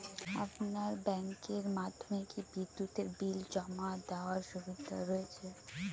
আপনার ব্যাংকের মাধ্যমে কি বিদ্যুতের বিল জমা দেওয়ার সুবিধা রয়েছে?